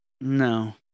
No